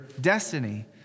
destiny